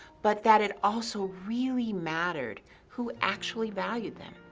but that it also really mattered who actually valued them.